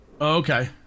Okay